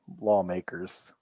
lawmakers